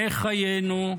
מה חיינו,